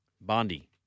Bondi